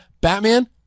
Batman